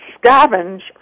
scavenge